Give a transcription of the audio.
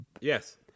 Yes